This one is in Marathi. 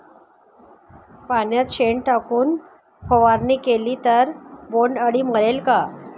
पाण्यात शेण टाकून फवारणी केली तर बोंडअळी मरेल का?